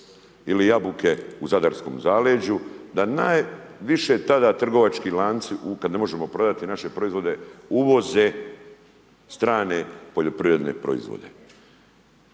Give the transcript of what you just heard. ili jabuke u Zadarskom zaleđu, da najviše tada trovački lanci, kada ne možemo prodati naše proizvode, uvoze strane poljoprivredne proizvode